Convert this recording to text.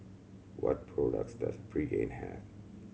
what products does Pregain have